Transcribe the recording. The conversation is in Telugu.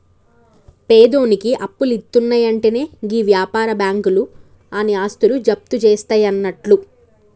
పేదోనికి అప్పులిత్తున్నయంటెనే గీ వ్యాపార బాకుంలు ఆని ఆస్తులు జప్తుజేస్తయన్నట్లు